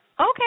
Okay